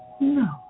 No